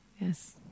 Yes